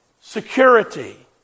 security